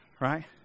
right